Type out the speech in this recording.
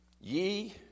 Ye